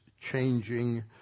changing